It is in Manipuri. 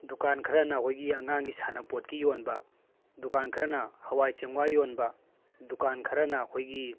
ꯗꯨꯀꯥꯟ ꯈꯔꯅ ꯑꯩꯈꯣꯏꯒꯤ ꯑꯉꯥꯡꯒꯤ ꯁꯥꯟꯅꯄꯣꯠꯀꯤ ꯌꯣꯟꯕ ꯗꯨꯀꯥꯟ ꯈꯔꯅ ꯍꯋꯥꯏ ꯆꯦꯡꯋꯥꯏ ꯌꯣꯟꯕ ꯗꯨꯀꯥꯟ ꯈꯔꯅ ꯑꯩꯈꯣꯏꯒꯤ